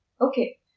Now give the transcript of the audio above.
Okay